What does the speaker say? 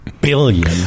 billion